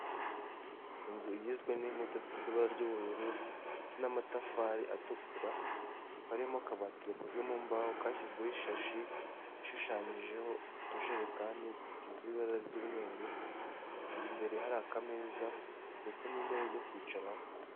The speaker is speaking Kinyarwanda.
Inzu igizwe n'inkuta zisize ibara ry'ubururu ndetse n'amatafari atukura harimo akabati gakozwe mu mbaho kashyizweho ishashi, ishushanyijeho utujerekani dusize ibara ry'umweru imbere hari akameza ndetse n'intebe yo kwicaraho.